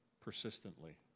persistently